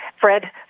Fred